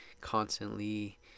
constantly